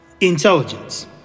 intelligence